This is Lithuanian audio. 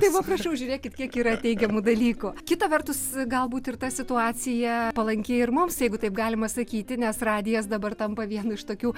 tai va prašau žiūrėkit kiek yra teigiamų dalykų kita vertus galbūt ir ta situacija palanki ir mums jeigu taip galima sakyti nes radijas dabar tampa vienu iš tokių